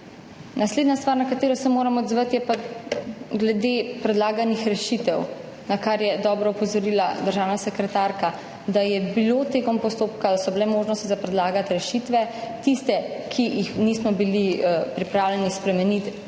Naslednja stvar, na katero se moram odzvati, pa je glede predlaganih rešitev, na kar je dobro opozorila državna sekretarka, da je bila med postopkom možnost predlagati rešitve, tiste, ki jih nismo bili pripravljeni spremeniti.